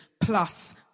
plus